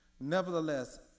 Nevertheless